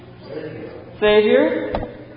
Savior